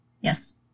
Yes